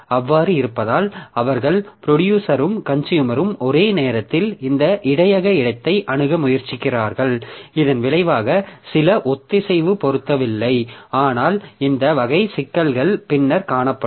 அவ்வாறு இருப்பதால் அவர்கள் ப்ரொடியூசரும் கன்சுயூமரும் ஒரே நேரத்தில் இந்த இடையக இடத்தை அணுக முயற்சிக்கிறார்கள் இதன் விளைவாக சில ஒத்திசைவு பொருந்தவில்லை ஆனால் இந்த வகை சிக்கல்கள் பின்னர் காணப்படும்